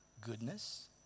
goodness